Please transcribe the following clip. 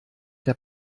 der